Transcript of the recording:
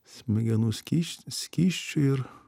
smegenų skysč skysčiu ir